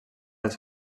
dels